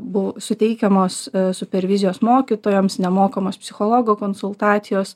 buvo suteikiamos super vizijos mokytojams nemokamos psichologo konsultacijos